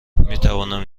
میتوانم